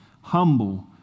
humble